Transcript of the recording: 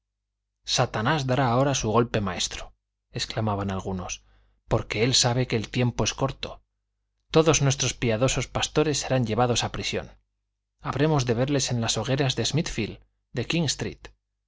satanás dará ahora su golpe maestro exclamaban algunos porque él sabe que el tiempo es corto todos nuestros piadosos pastores serán llevados a prisión habremos de verles en las hogueras de smíthfield de king